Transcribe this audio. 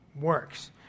Works